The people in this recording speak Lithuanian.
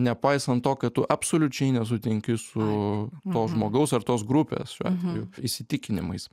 nepaisant to kad tu absoliučiai nesutinki su to žmogaus ar tos grupės šiuo atveju įsitikinimais